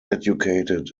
educated